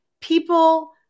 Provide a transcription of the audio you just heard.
people